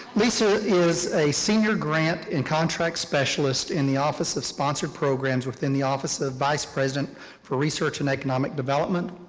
lisa is a senior grant and contract specialist in the office of sponsored programs within the office of vice president for research and economic development.